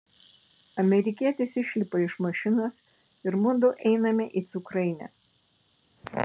amerikietis išlipa iš mašinos ir mudu einame į cukrainę